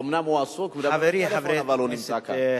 אומנם הוא עסוק, מדבר בטלפון, אבל הוא נמצא כאן.